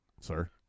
sir